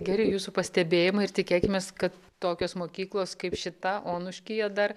geri jūsų pastebėjimai ir tikėkimės kad tokios mokyklos kaip šita onuškyje dar